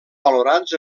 valorats